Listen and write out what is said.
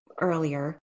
earlier